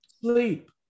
sleep